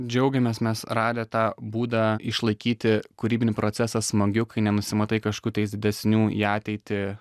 džiaugiamės mes radę tą būdą išlaikyti kūrybinį procesą smagiu kai nenusimatai kažkokių tais didesnių į ateitį